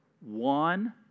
One